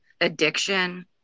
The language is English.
addiction